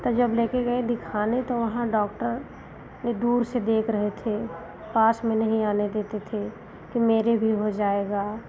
तो जब लेकर गए दिखाने तो वहाँ डॉक्टर भी दूर से देख रहे थे पास में नहीं आने देते थे कि मेरे भी हो जाएगा